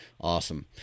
Awesome